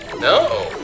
No